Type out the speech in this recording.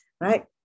right